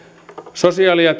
sosiaali ja